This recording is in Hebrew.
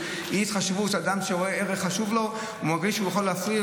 יש ערך, דמוקרטיה,